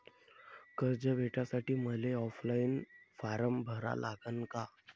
कर्ज भेटासाठी मले ऑफलाईन फारम भरा लागन का?